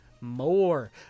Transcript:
more